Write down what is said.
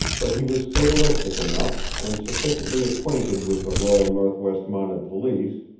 but he was fatalistic enough, and sufficiently acquainted with the royal northwest mounted police,